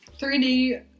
3D